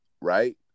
Right